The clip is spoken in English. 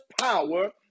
power